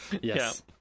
Yes